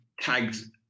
tags